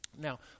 Now